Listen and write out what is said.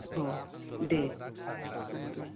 अ दे